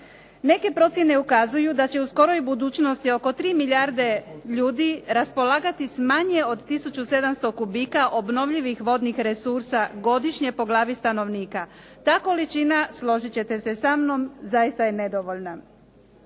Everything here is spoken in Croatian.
Neke procjene ukazuju da će u skoroj budućnosti oko 3 milijarde ljudi raspolagati s manje od tisuću 700 kubika obnovljivih vodnih resursa godišnje po glavi stanovnika. Ta količina, složit ćete se samnom, zaista je nedovoljna.